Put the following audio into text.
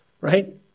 right